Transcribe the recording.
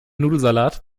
nudelsalat